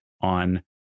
on